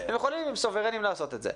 הם סוברניים לעשות את זה.